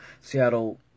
Seattle